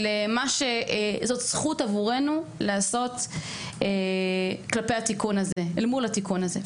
זוהי זכות, עבורנו, לעשות אל מול התיקון הזה.